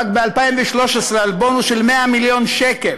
רק ב-2013 בונוס של 100 מיליון שקל